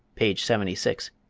page seventy six,